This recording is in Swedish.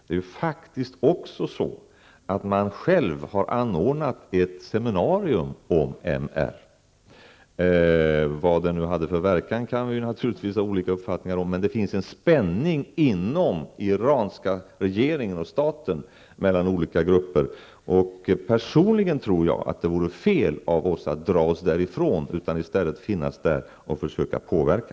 Iranierna själva har faktiskt också anordnat ett seminarium om mänskliga rättigheter. Vad det nu hade för verkan kan vi naturligtvis ha olika uppfattning om. Men det finns en spänning mellan olika grupper inom den iranska regeringen och staten. Personligen tror jag att det vore fel av oss att dra oss därifrån. I stället bör vi finnas där och försöka påverka.